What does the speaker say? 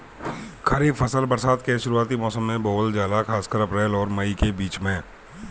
खरीफ फसल बरसात के शुरूआती मौसम में बोवल जाला खासकर अप्रैल आउर मई के बीच में